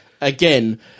Again